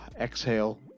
exhale